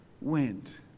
went